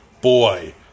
boy